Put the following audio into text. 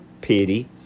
pity